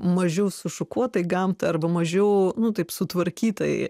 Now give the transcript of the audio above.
mažiau sušukuot tai gamtą arba mažiau nu taip sutvarkytai